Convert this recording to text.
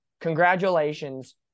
Congratulations